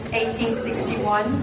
1861